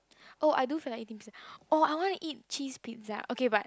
oh I do feel like eating pizza oh I want to eat cheese pizza okay but